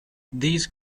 these